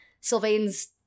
Sylvain's